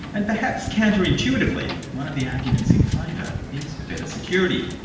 and perhaps counter-intuitively, one of the arguments in favour is better security.